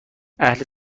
اهل